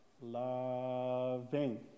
loving